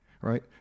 right